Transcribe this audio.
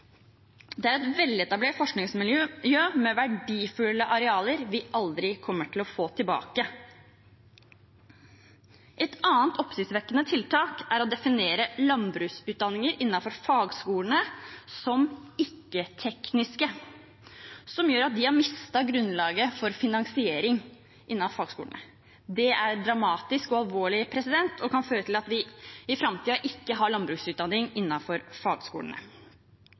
Det er et veletablert forskningsmiljø med verdifulle arealer vi aldri kommer til å få tilbake. Et annet oppsiktsvekkende tiltak er å definere landbruksutdanninger innenfor fagskolene som ikke-tekniske, som gjør at de har mistet grunnlaget for finansiering innen fagskolene. Det er dramatisk og alvorlig og kan føre til at vi i framtiden ikke har landbruksutdanning innenfor fagskolene.